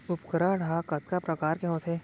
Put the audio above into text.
उपकरण हा कतका प्रकार के होथे?